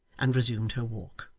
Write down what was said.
and resumed her walk.